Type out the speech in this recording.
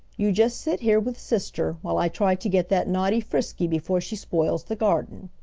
you just sit here with sister while i try to get that naughty frisky before she spoils the garden.